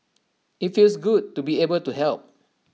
IT feels good to be able to help